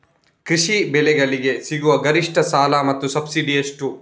ಕೃಷಿ ಬೆಳೆಗಳಿಗೆ ಸಿಗುವ ಗರಿಷ್ಟ ಸಾಲ ಮತ್ತು ಸಬ್ಸಿಡಿ ಎಷ್ಟು?